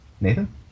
Nathan